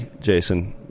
Jason